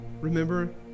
Remember